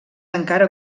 encara